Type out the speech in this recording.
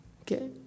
okay